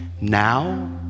now